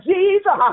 Jesus